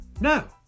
No